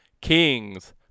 Kings